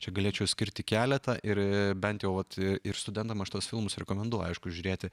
čia galėčiau skirti keletą ir bent jau vat ir studentam aš tuos filmus rekomenduoju aišku žiūrėti